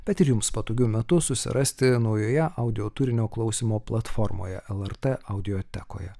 bet ir jums patogiu metu susirasti naujoje audio turinio klausymo platformoje lrt audiotekoje